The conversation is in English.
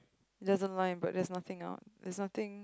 doesn't line but there's nothing out there's nothing